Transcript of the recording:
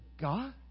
God